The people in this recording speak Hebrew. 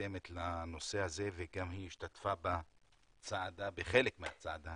נרתמת לנושא הזה, היא גם השתתפה בחלק מהצעדה